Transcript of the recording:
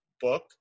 book